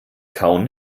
kauen